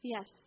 Yes